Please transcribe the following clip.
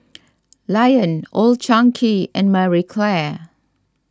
Lion Old Chang Kee and Marie Claire